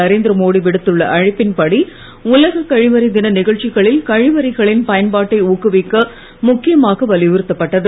நரேந்திரமோடி விடுத்துள்ள அழைப்பின்படி உலக கழிவறை தின நிகழ்ச்சிகளில் கழிவறைகளின் பயன்பாட்டை ஊக்குவிக்க முக்கியமாக வலியுறுத்தப் பட்டது